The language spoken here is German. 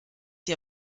sie